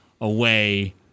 away